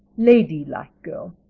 lady-like girl.